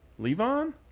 Levon